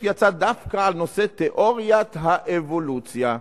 יצא דווקא על נושא תיאוריית האבולוציה,